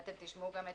תשמעו את